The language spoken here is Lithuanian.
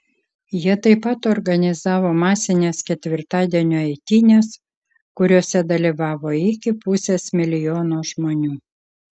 jie taip pat organizavo masines ketvirtadienio eitynes kuriose dalyvavo iki pusės milijono žmonių